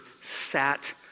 sat